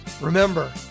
Remember